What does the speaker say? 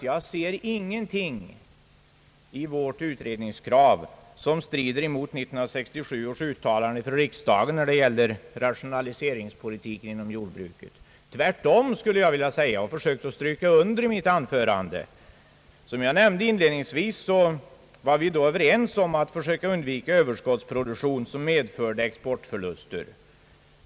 Jag ser ingenting i vårt utredningskrav som strider mot 1967 års uttalande av riksdagen när det gällde rationaliseringspolitiken inom jordbruket. Tvärtom, skulle jag vilja säga, och det försökte jag stryka under i mitt anförande. Som jag nämnde inledningsvis var vi då överens om att försöka undvika Ööverskottsproduktion, som medförde exportförluster.